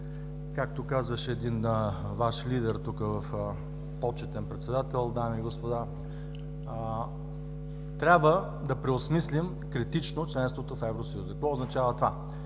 както казваше един Ваш лидер – почетен председател, дами и господа, трябва да преосмислим критично членството в Евросъюза. Какво означава това?